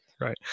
right